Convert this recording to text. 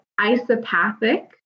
isopathic